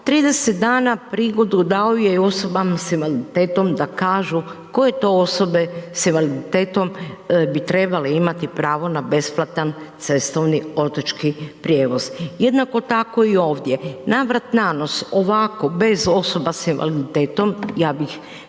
se ne razumije./... s invaliditetom da kažu koje to osobe s invaliditetom bi trebale imati pravo na besplatan cestovni otočki prijevoz. Jednako tako i ovdje. Navrat-nanos ovako bez osoba s invaliditetom, ja bih